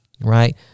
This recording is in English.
right